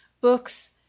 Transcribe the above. books